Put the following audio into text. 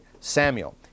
Samuel